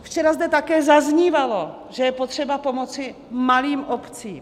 Včera zde také zaznívalo, že je potřeba pomoci malým obcím.